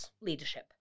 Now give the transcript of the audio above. leadership